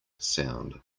sound